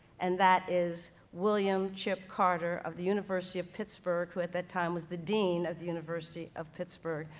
and that is william chip carter of the university of pittsburgh, who at that time, was the dean of the university of pittsburgh,